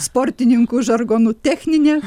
sportininkų žargonu techninė